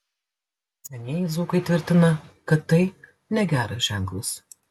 senieji dzūkai tvirtina kad tai negeras ženklas